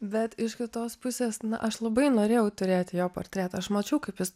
bet iš kitos pusės na aš labai norėjau turėti jo portretą aš mačiau kaip jis